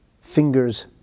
fingers